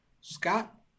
Scott